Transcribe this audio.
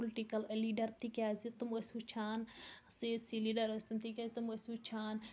political leader تِکیٛازِ تِم ٲسۍ وٕچھان سِیٲسی لیٖڈر ٲسۍ تِم تِکیٛازِ تِم ٲسۍ وٕچھان